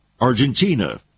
Argentina